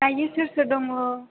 दायो सोर सोर दङ